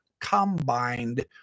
combined